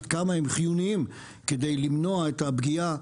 עד כמה הם חיוניים כדי למנוע את הפגיעה,